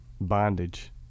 Bondage